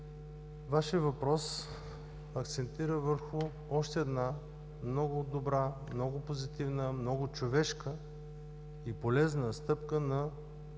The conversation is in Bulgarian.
Вашият въпрос акцентира върху още една много добра, много позитивна, много човешка и полезна стъпка на